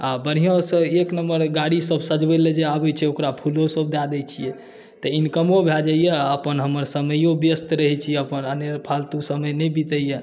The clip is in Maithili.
आ बढ़िआँसँ एक नम्बर गाड़ीसभ सजबय लेल जे आबैत छै तऽ ओकरा फूलोसभ दए दैत छियै तऽ इनकमो भए जाइए आ हमर समैओ व्यस्त रहैत छी अपन अनेरो फालतू समय नहि बीतैत यए